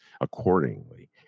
accordingly